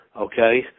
okay